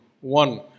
One